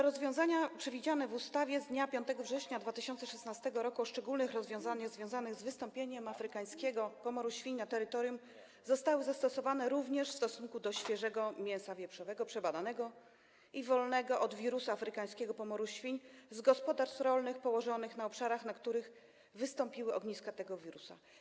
rozwiązania przewidziane w ustawie z dnia 5 września 2016 r. o szczególnych rozwiązaniach związanych z wystąpieniem afrykańskiego pomoru świń na terytorium RP zostaną zastosowane również do świeżego mięsa wieprzowego, przebadanego i wolnego od wirusa afrykańskiego pomoru świń, z gospodarstw rolnych położonych na obszarach, na których wystąpiły ogniska tego wirusa.